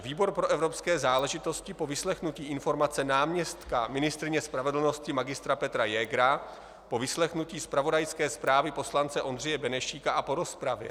Výbor pro evropské záležitosti po vyslechnutí informace náměstka ministryně spravedlnosti Mgr. Petra Jägra, po vyslechnutí zpravodajské zprávy poslance Ondřeje Benešíka a po rozpravě